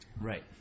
Right